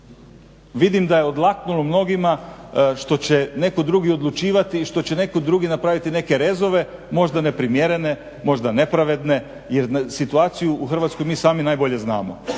vidim da je odlaknulo mnogima što će netko drugi odlučivati i što će netko drugi napraviti neke rezove, možda neprimjerene, možda nepravedne jer situaciju u Hrvatskoj mi sami najbolje znamo.